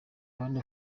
abandi